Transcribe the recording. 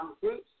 groups